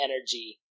energy